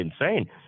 insane